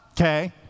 Okay